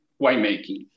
winemaking